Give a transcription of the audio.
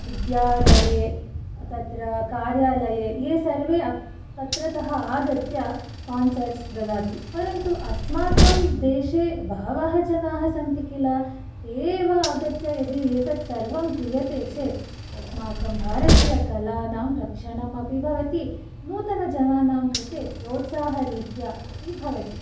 विद्यालये तत्र कार्यालये ये सर्वे तत्रतः आगत्य कांसर्ट्स् ददाति परन्तु अस्माकं देशे बहवः जनाः सन्ति किल ते एव आगत्य यदि एतत् सर्वं क्रीयते चेत् अस्माकं भारतीयकलानां रक्षणम् अपि भवति नूतनजनानां कृते प्रोत्साहः रीत्या अपि भवति